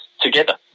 together